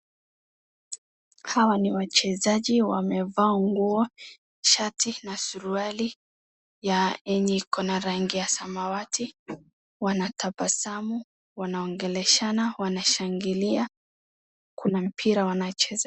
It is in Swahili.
Hawa ni wachezaji wamevaa nguo, shati na suruali yenye ikona na rangi ya samawati, wanatabasamu, wanaongeleshana, wanashangilia, kuna mpira wanacheza.